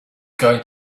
going